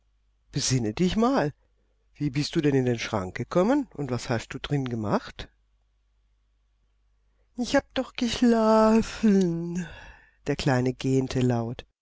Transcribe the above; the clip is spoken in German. besinne dich mal wie bist du denn in den schrank gekommen und was hast du drin gemacht ich hab doch geschlafen der kleine gähnte laut